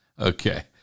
Okay